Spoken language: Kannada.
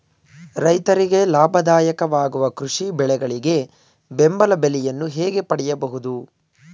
ರೈತರಿಗೆ ಲಾಭದಾಯಕ ವಾಗುವ ಕೃಷಿ ಬೆಳೆಗಳಿಗೆ ಬೆಂಬಲ ಬೆಲೆಯನ್ನು ಹೇಗೆ ಪಡೆಯಬಹುದು?